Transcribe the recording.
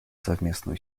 совместные